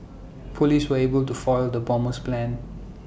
Police were able to foil the bomber's plans